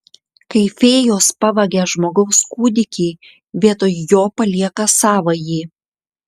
kai fėjos pavagia žmogaus kūdikį vietoj jo palieka savąjį